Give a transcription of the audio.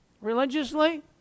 religiously